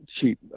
cheap